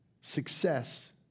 Success